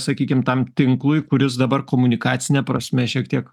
sakykim tam tinklui kuris dabar komunikacine prasme šiek tiek